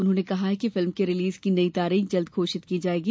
उन्होंने कहा कि फिल्म के रिलीज की नई तारीख जल्द घोषित की जाएगी